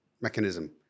mechanism